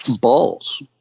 balls